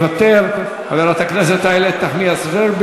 איננה, חברת הכנסת עאידה תומא סלימאן,